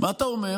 מה אתה אומר?